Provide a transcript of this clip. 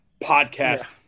podcast